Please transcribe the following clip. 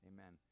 Amen